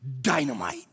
dynamite